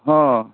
हँ